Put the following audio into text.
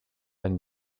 and